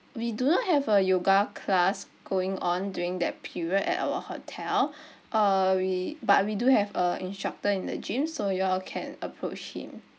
we do not have a yoga class going on during that period at our hotel uh we but we do have a instructor in the gym so you all can approach him